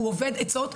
הוא אובד עצות.